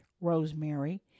rosemary